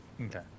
Okay